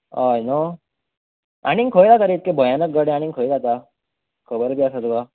हय न्हू आनी खंय जाता रे इतले भयानक गडे आनीक खंय जाता खबर आसा तुका